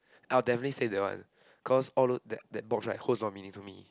I'll definitely save that one cause all those that that box right holds on meaning to me